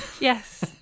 yes